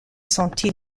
senti